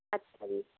ਅੱਛਾ ਜੀ